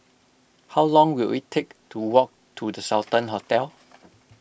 how long will it take to walk to the Sultan Hotel